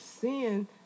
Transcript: sin